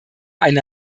eine